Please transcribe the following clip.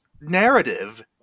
narrative